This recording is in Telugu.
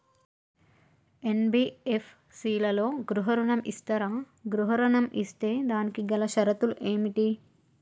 ఎన్.బి.ఎఫ్.సి లలో గృహ ఋణం ఇస్తరా? గృహ ఋణం ఇస్తే దానికి గల షరతులు ఏమిటి?